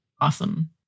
awesome